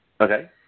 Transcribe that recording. Okay